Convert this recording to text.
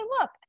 look